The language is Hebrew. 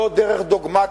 לא דרך דוגמטית.